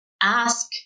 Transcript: ask